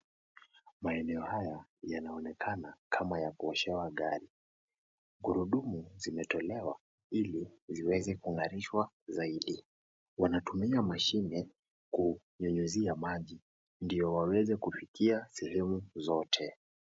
Maeneno haya yanaonekana kama ya kuoshewa gari, gurudumu zimetolewa ili ziweze kungarishwa zaidi, wanatumia mashine kunyunyuzia maji ndio waweze kufikia sehemu zote.